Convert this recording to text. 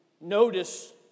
notice